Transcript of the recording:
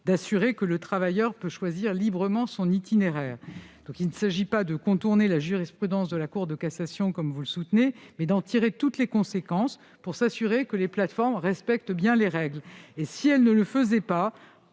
en sorte que le travailleur puisse choisir librement son itinéraire. Il n'est donc pas question de contourner la jurisprudence de la Cour de cassation, comme vous le soutenez, mais d'en tirer toutes les conséquences pour s'assurer que les plateformes respectent bien les règles. Si elles ne le faisaient pas,